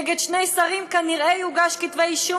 נגד שני שרים כנראה יוגשו כתבי אישום,